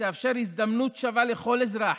שתאפשר הזדמנות שווה לכל אזרח,